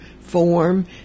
form